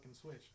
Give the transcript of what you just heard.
switch